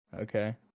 Okay